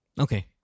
Okay